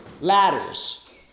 Ladders